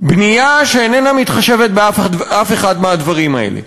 בנייה שאיננה מתחשבת באף אחד מהדברים האלה.